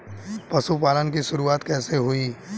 पशुपालन की शुरुआत कैसे हुई?